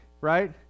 right